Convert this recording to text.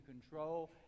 control